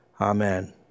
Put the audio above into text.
Amen